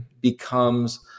becomes